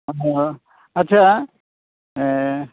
ᱟᱫᱚ ᱟᱪᱪᱷᱟ